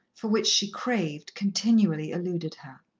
for which she craved, continually eluded her.